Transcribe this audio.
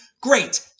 Great